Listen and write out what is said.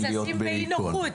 זה